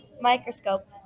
microscope